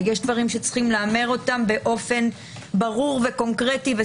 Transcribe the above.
יש דברים שיש לומר אותם באופן ברור וקונקרטי.